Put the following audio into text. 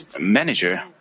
manager